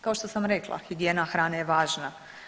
Kao što sam rekla higijena hrane je važna.